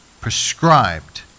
prescribed